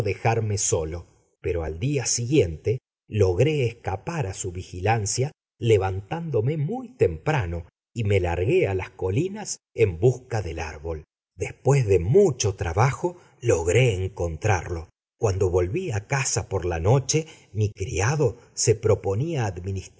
dejarme solo pero al día siguiente logré escapar a su vigilancia levantándome muy temprano y me largué a las colinas en busca del árbol después de mucho trabajo logré encontrarlo cuando volví a casa por la noche mi criado se proponía